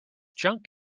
junk